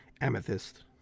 amethyst